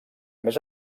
més